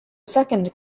second